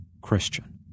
Christian